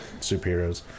superheroes